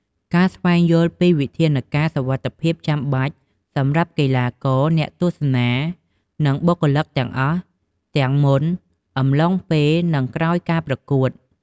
ការស្វែងយល់ពីវិធានការណ៍សុវត្ថិភាពចាំបាច់សម្រាប់កីឡាករ អ្នកទស្សនា និងបុគ្គលិកទាំងអស់ ទាំងមុន អំឡុងពេល និងក្រោយការប្រកួត។